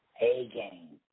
A-Game